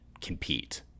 compete